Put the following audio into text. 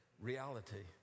reality